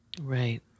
Right